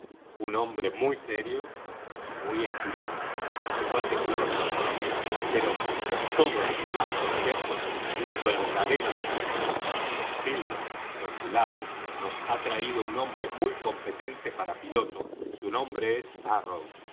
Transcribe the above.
un hombre muy serio y muy estirado lo cual deploro de paso pero en todos los demás conceptos un verdadero tesoro silver por su lado nos ha traído un hombre muy competente para piloto su nombre es arrow